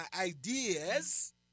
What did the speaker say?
ideas